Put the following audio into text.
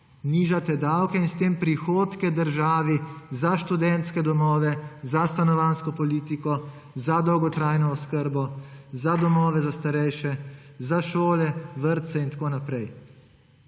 nižate davke in s tem prihodke državi za študentske domove, za stanovanjsko politiko, za dolgotrajno oskrbo, za domove za starejše, za šole, vrtce in tako naprej.